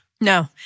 No